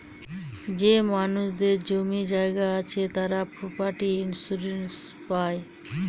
যে মানুষদের জমি জায়গা আছে তারা প্রপার্টি ইন্সুরেন্স পাই